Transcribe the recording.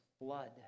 blood